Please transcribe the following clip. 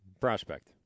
prospect